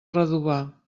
redovà